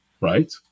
Right